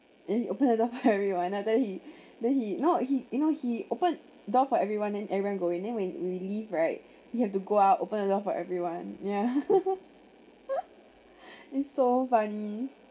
and he open the door for everyone after that he then he no he you know he open door for everyone and everyone go in then when we leave right he have to go out open the door for everyone ya it's so funny